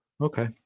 Okay